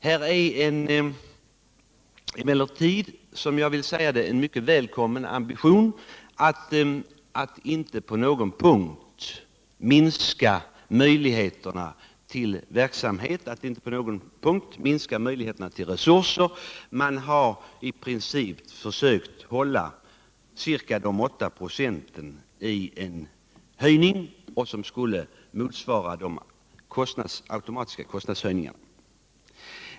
Den representerar emellertid, som jag ser det, en mycket välkommen ambition att inte på någon punkt minska resurserna och möjligheterna till verksamhet. Man har i princip försökt hålla sig inom ramen för de ca 8 96 som skulle motsvara de automatiska kostnadshöjningarna.